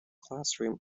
classroom